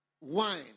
wine